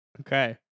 Okay